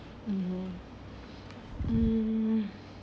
mmhmm mm